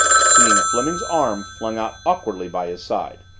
seeing fleming's arm flung out awkwardly by his side.